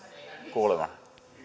kuulevan